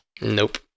Nope